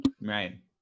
Right